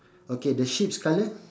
okay the sheep's colour